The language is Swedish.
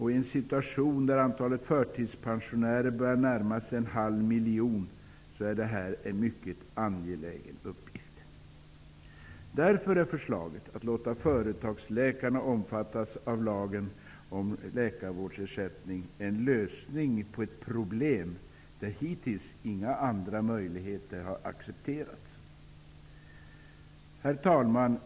I en situation där antalet förtidspensionärer börjar närma sig en halv miljon är detta mycket angeläget. Förslaget att låta företagsläkarna omfattas av lagen om läkarvårdsersättning är därför en lösning på ett problem där inga andra lösningar har accepterats. Herr talman!